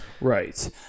Right